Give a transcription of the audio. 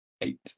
Eight